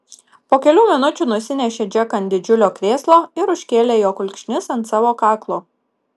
po kelių minučių nusinešė džeką ant didžiulio krėslo ir užkėlė jo kulkšnis ant savo kaklo